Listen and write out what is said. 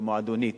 במועדונית,